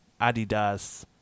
Adidas